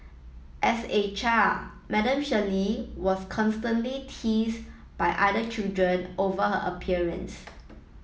as a child Madam Shirley was constantly teased by other children over her appearance